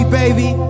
baby